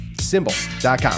Symbol.com